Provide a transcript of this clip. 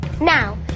Now